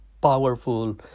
powerful